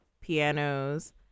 pianos